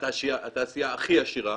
במקרה הזה התעשייה הכי עשירה,